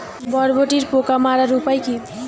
বরবটির পোকা মারার উপায় কি?